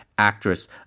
Actress